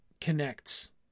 connects